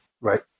Right